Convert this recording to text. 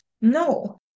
no